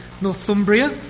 Northumbria